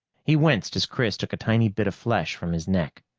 he winced as chris took a tiny bit of flesh from his neck.